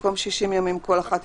במקום: "60 ימים כל אחת",